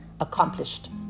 accomplished